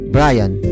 Brian